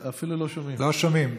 אפילו לא שומעים.